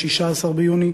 16 ביוני,